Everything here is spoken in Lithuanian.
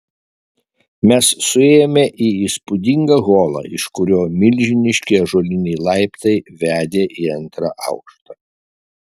mes suėjome į įspūdingą holą iš kurio milžiniški ąžuoliniai laiptai vedė į antrą aukštą